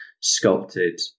sculpted